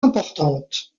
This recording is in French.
importante